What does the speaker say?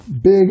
big